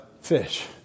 fish